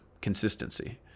Consistency